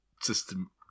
system